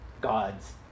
God's